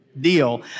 Deal